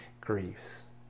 griefs